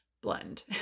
blend